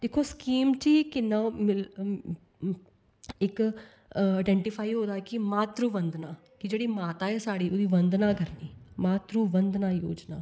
दिक्खो स्कीम च ई किन्ना ओह् इक आडिंडीफाई होआ दा कि मातरु बधनां कि जेह्ड़ी माता ऐ साढ़ी ओह्दी बंधना करनी मातरु बंधना योजना